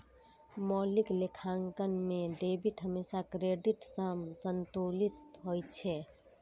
मौलिक लेखांकन मे डेबिट हमेशा क्रेडिट सं संतुलित होइ छै